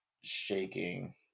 shaking